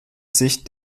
sich